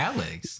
Alex